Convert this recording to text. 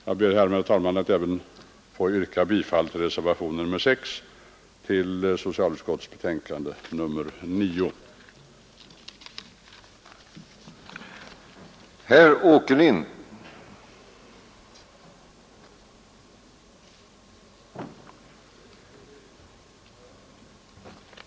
Jag ber, herr talman, att få yrka bifall till reservationen 6 vid socialutskottets betänkande nr 9 år 1972.